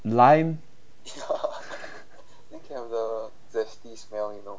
lime